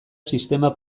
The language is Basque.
sistema